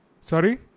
Sorry